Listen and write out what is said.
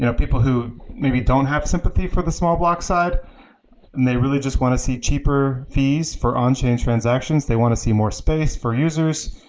you know people who maybe don't have sympathy for the small block side and they really just want to see cheaper fees for on chain transactions. they want to see more space for users.